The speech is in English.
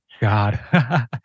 God